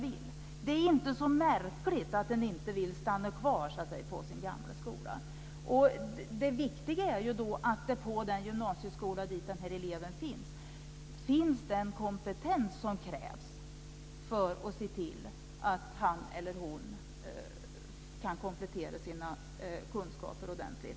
Det är inte så märkligt att man inte vill stanna kvar på sin gamla skola. Det viktiga är ju att det, på den gymnasieskola dit den här eleven kommer, finns den kompetens som krävs för att se till att han eller hon kan komplettera sina kunskaper ordentligt.